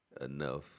enough